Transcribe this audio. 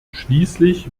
schließlich